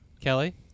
kelly